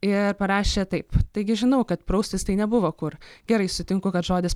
ir parašė taip taigi žinau kad praustis tai nebuvo kur gerai sutinku kad žodis